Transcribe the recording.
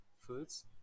foods